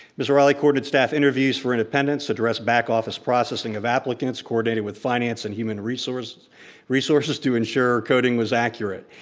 miss riley coordinates staff interviews for independence, addressed back office processing of applicants, coordinated with the finance and human resources resources to ensure coding was accurate.